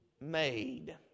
made